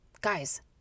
Guys